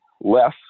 less